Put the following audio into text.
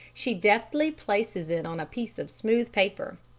she deftly places it on a piece of smooth paper.